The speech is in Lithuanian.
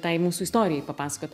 tai mūsų istorijai papasakot